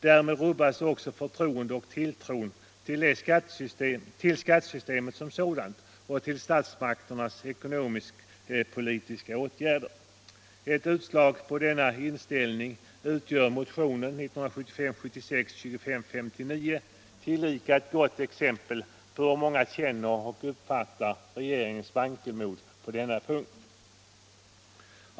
Därmed rubbas också tilltron till skattesystemet som sådant och till statsmakternas ekonomisk-politiska åtgärder. Ett utslag av denna inställning utgör motionen 1975/76:2559, tillika ett gott exempel på hur många uppfattar regeringens vankelmod på denna punkt.